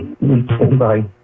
Bye